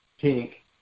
Pink